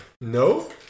No